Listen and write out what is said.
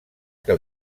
que